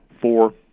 four